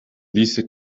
dice